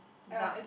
dark